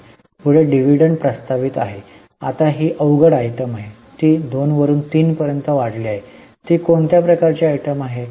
पुढे डिव्हिडंड प्रस्तावित आहे आता ही अवघड आयटम आहे ती 2 वरून 3 पर्यंत वाढली आहे ती कोणत्या प्रकारची आयटम आहे